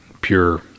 pure